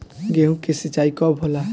गेहूं के सिंचाई कब होला?